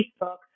facebook